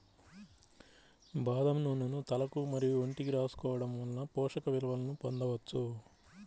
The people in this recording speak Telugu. బాదం నూనెను తలకు మరియు ఒంటికి రాసుకోవడం వలన పోషక విలువలను పొందవచ్చు